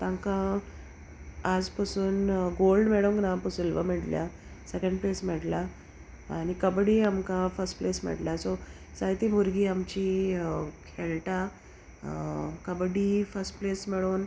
तांकां आज पसून गोल्ड मॅडम ना पूण स्लव मेळटल्या सेकेंड प्लेस मेळटा आनी कबड्डी आमकां फस्ट प्लेस मेळटा सो जायती भुरगीं आमची खेळटा कबड्डी फर्स्ट प्लेस मेळून